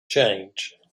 change